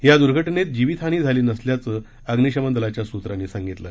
या दूर्घटनेत जिवीतहानी झाली नसल्याचं अग्निशमन दलाच्या सूत्रांनी सांगितलं